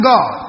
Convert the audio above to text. God